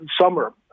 summer